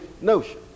notion